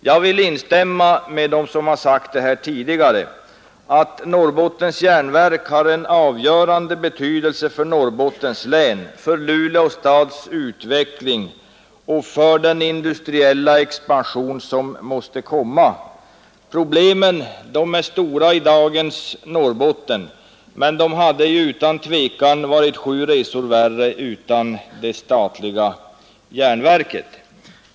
Jag vill instämma med dem som tidigare här sagt att Norrbottens Järnverk har en avgörande betydelse för Norrbottens län, för Luleå stads utveckling och för den industriella expansion som måste komma. Problemen är stora i dagens Norrbotten, men de hade utan tvivel varit sju resor värre utan det statliga järnverket.